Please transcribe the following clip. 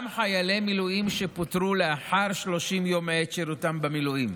גם חיילי מילואים שפוטרו לאחר 30 יום מעת שירותם במילואים